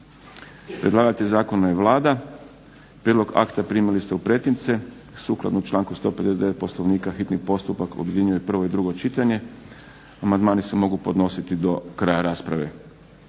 Predlagatelj zakona je Vlada. Prijedlog akta primili ste u pretince. Sukladno članku 159. Poslovnika hitni postupak objedinjuje prvo i drugo čitanje. Amandmani se mogu podnositi do kraja rasprave.